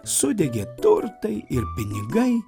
sudegė turtai ir pinigai